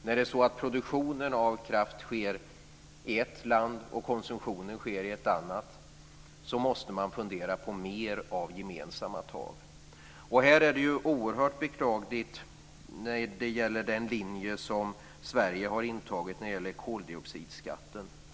När produktionen av kraft sker i ett land och konsumtionen sker i ett annat måste man fundera på mer av gemensamma tag. Här är den linje som Sverige har intagit när det gäller koldioxidskatten oerhört beklaglig.